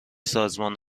سازمان